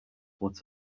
what